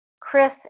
Chris